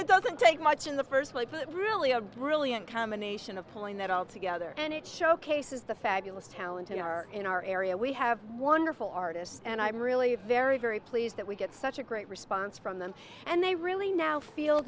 it doesn't take much in the first place but really a brilliant combination of pulling that all together and it showcases the fabulous talent in our in our area we have wonderful artists and i'm really very very pleased that we get such a great response from them and they really now feel